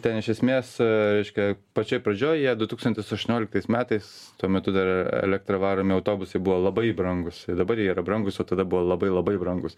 ten iš esmės reiškia pačioj pradžioj jie du tūkstantis aštuonioliktais metais tuo metu dar elektra varomi autobusai buvo labai brangūs ir dabar jie yra brangūs o tada buvo labai labai brangūs